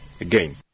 again